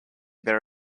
there